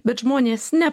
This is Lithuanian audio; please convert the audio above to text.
bet žmonės ne